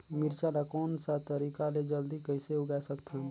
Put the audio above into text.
मिरचा ला कोन सा तरीका ले जल्दी कइसे उगाय सकथन?